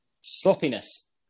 Sloppiness